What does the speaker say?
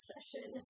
session